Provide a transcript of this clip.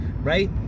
right